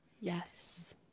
Yes